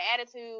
attitude